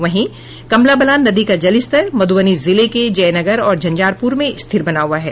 वहीं कमला बलान नदी का जलस्तर मधुबनी जिले के जयनगर और झंझारपुर में स्थिर बना हुआ है